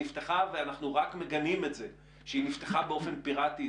שנפתחה ואנחנו רק מגנים את זה שהיא נפתחה באופן פירטי,